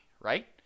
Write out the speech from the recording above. right